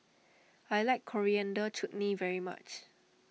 I like Coriander Chutney very much